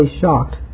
shocked